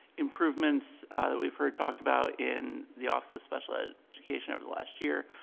improvements that we've heard talked about in the office of special education over the last year.